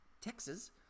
Texas